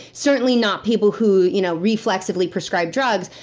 certainly not people who you know reflexively prescribe drugs,